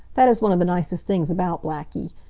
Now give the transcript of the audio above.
that is one of the nicest things about blackie.